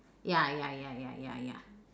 ya ya ya ya ya ya